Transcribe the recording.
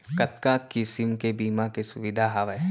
कतका किसिम के बीमा के सुविधा हावे?